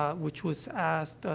ah which was asked, ah,